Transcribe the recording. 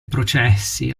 processi